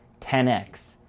10x